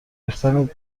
ریختن